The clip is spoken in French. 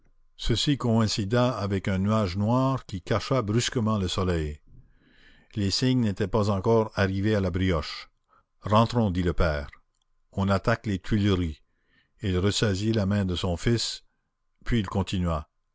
ceci coïncida avec un nuage noir qui cacha brusquement le soleil les cygnes n'étaient pas encore arrivés à la brioche rentrons dit le père on attaque les tuileries il ressaisit la main de son fils puis il continua